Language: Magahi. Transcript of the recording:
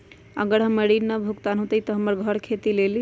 अगर हमर ऋण न भुगतान हुई त हमर घर खेती लेली?